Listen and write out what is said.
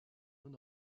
non